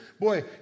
Boy